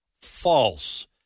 false